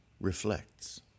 reflects